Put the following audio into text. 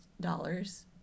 dollars